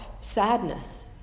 sadness